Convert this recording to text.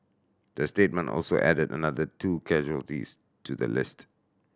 the statement also added another two casualties to the list